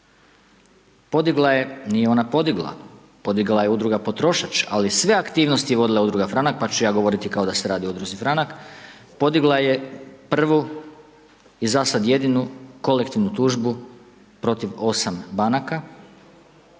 Podigla je, nije ona podigla, podigla je Udruga Potrošač, ali sve aktivnosti je vodila Udruga Franak, pa ću ja govoriti kao da se radi o Udruzi Franak, podigla je prvu i za sada jedinu kolektivnu tužbu protiv 8 banaka